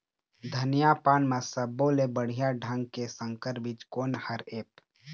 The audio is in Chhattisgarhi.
धनिया पान म सब्बो ले बढ़िया ढंग के संकर बीज कोन हर ऐप?